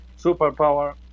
superpower